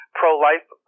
pro-life